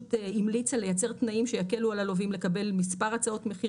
המליצה לייצר תנאים שיקלו על הלווים לקבל מספר הצעות מחיר